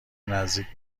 نزدیک